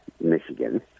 Michigan